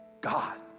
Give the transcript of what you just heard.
God